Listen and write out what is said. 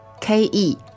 k-e